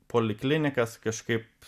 poliklinikas kažkaip